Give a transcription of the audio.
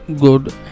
good